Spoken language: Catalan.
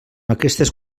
aquestes